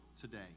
today